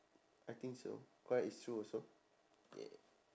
I think so correct it's true also yeah